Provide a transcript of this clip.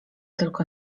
tylko